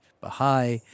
Baha'i